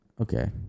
Okay